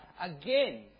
again